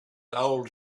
old